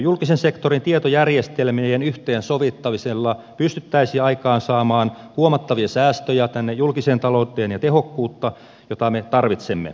julkisen sektorin tietojärjestelmien yhteensovittamisella pystyttäisiin aikaansaamaan julkiseen talouteen huomattavia säästöjä ja tehokkuutta jota me tarvitsemme